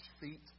feet